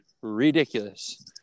ridiculous